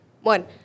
one